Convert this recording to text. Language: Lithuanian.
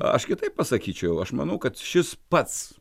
aš kitaip pasakyčiau aš manau kad šis pats